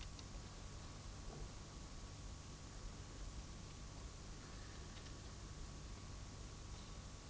Tack!